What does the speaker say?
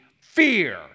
fear